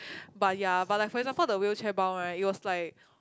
but ya but like for example the wheelchair bound right it was like